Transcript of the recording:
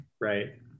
Right